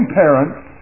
parents